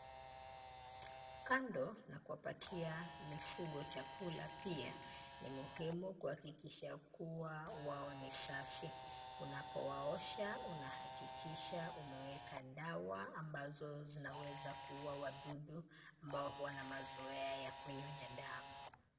Kando na kuwapatia mifugo chakula, pia ni muhimu kuhakikisha kuwa wao ni safi. Unapowaosha unahakikisha umeweka dawa ambazo zinaweza kuuwa wadudu ambao huwa na mazoea ya kunyonya damu.